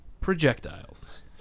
projectiles